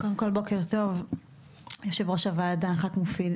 קודם כל, בוקר טוב יושב ראש הוועדה מופיד.